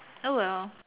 oh well